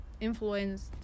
influenced